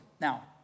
Now